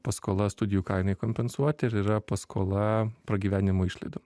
paskola studijų kainai kompensuot ir yra paskola pragyvenimo išlaidom